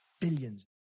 billions